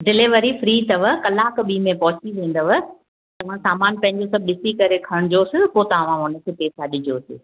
delivery free अथव कलाकु ॿी में पहुची वेंदव तव्हां सामान पंहिंजो सभु ॾिसी करे खणजोसि पोइ तव्हां हुनखे पेसा ॾिजोसि